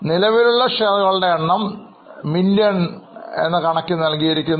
നിലവിലുള്ള ഷെയറുകളുടെ എണ്ണം ദശലക്ഷക്കണക്കിന് നൽകിയിരിക്കുന്നു